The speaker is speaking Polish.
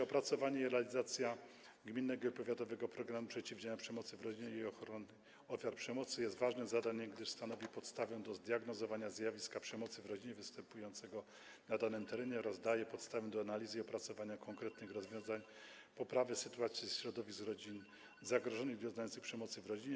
Opracowanie i realizacja gminnego i powiatowego programu przeciwdziałania przemocy w rodzinie i ochrony ofiar przemocy są ważnym zadaniem, gdyż stanowią podstawę do zdiagnozowania zjawiska przemocy w rodzinie występującego na danym terenie oraz dają podstawę do analizy i opracowania konkretnych rozwiązań dotyczących poprawy sytuacji środowisk rodzin zagrożonych i doznających przemocy w rodzinie.